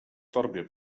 torbie